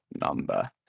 number